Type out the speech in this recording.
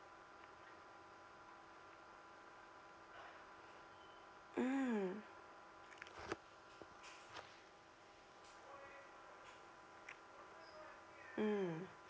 mm mm